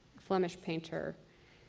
flemish painter.